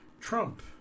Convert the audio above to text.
Trump